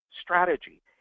strategy